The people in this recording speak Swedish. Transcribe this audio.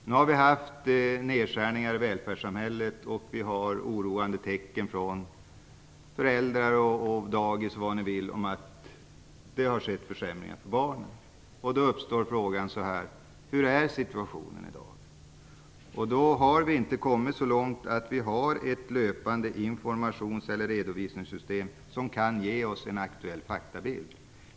Nu har vi haft nedskärningar i välfärdssamhället, och vi hör från föräldrar och dagis att det har skett försämringar för barnen. Då uppstår frågan: Hur är situationen i dag? Vi har inte kommit så långt att vi har ett löpande informations eller redovisningssystem som kan ge oss en aktuell faktabild.